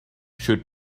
should